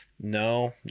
No